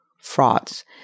frauds